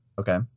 Okay